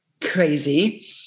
crazy